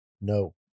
No